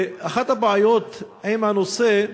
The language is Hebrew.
אחת הבעיות עם הנושא,